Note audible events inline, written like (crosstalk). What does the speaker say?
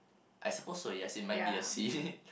I suppose so yes it might be a seat (laughs)